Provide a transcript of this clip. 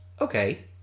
okay